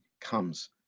comes